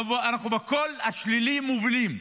אנחנו בכל השלילי מובילים.